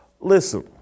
Listen